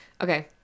Okay